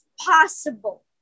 possible